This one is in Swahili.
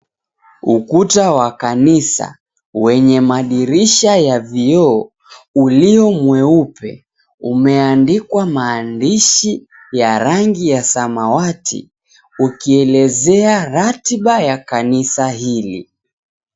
Ukuta wa kanisa wenye madirishi ya vioo, ulio mweupe, umeandikwa maandishi ya rangi ya samawati ukielezea ratiba ya kanisa hili.